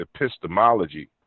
epistemology